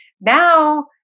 now